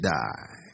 die